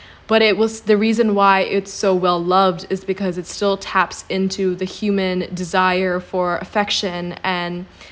but it was the reason why it's so well loved it's because it still taps into the human desire for affection and